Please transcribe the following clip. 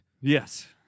Yes